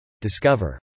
Discover